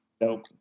Nope